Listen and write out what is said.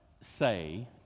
say